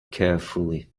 carefully